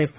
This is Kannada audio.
ಎಫ್